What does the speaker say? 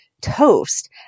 toast